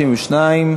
ושידורים)